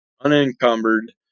unencumbered